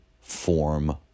form